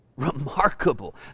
remarkable